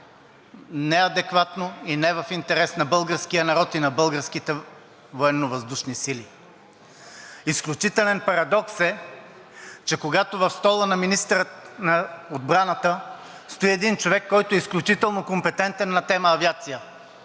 неадекватно и не в интерес на българския народ, и на българските Военновъздушни сили. Изключителен парадокс е, че когато в стола на министъра на отбраната стои един човек, който е изключително компетентен на тема авиация,